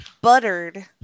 buttered